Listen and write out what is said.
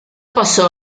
passò